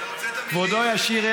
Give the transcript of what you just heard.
כבודו ישיר.